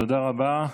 תודה רבה.